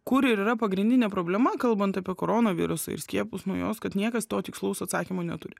kur ir yra pagrindinė problema kalbant apie koronavirusą ir skiepus nuo jos kad niekas to tikslaus atsakymo neturi